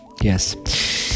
Yes